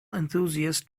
enthusiast